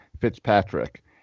Fitzpatrick